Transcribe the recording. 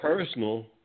Personal